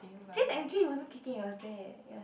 actually technically it wasn't kicking it was there it was